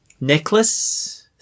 necklace